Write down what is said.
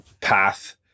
path